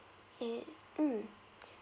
eh mm